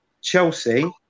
Chelsea